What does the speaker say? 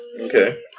Okay